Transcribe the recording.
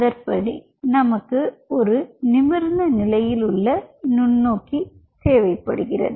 அதன்படி நமக்கு ஒரு நிமிர்ந்த நிலையில் உள்ள நுண்ணோக்கி தேவை படுகிறது